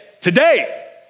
today